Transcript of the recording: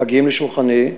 מגיעים לשולחני,